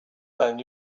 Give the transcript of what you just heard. than